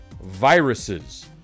viruses